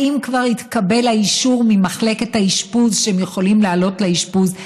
האם כבר התקבל האישור ממחלקת האשפוז שהם יכולים לעלות לאשפוז?